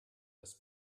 dass